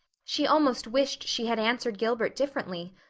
she almost wished she had answered gilbert differently.